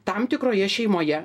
tam tikroje šeimoje